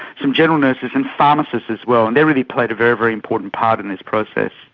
some general nurses, and pharmacists as well, and they really played a very, very important part in this process.